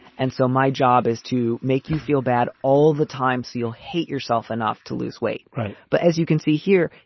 and so my job is to make you feel bad all the time so you'll hate yourself enough to lose weight. but as you can see here,